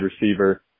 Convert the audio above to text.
receiver